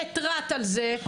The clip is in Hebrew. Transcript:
התרעת על זה.